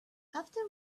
after